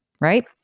right